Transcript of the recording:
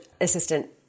assistant